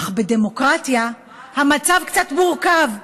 אך בדמוקרטיה המצב קצת מורכב: